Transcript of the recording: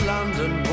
London